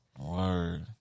Word